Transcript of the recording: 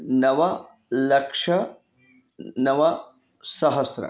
नवलक्षं नवसहस्रम्